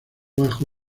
bajo